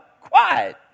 quiet